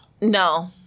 no